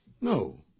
no